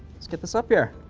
let's get this up here.